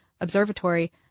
Observatory